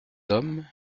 d’homme